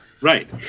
right